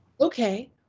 Okay